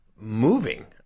moving